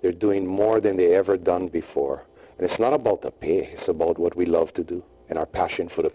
they're doing more than they ever done before and it's not about the pay is about what we love to do and our passion for the